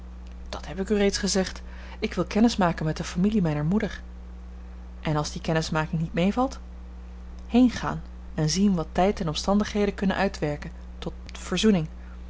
dat heb ik u reeds gezegd ik wil kennis maken met de familie mijner moeder en als die kennismaking niet meevalt heengaan en zien wat tijd en omstandigheden kunnen uitwerken tot verzoening